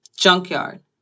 Junkyard